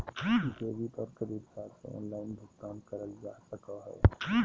debit और credit card से online भुगतान करल जा सको हय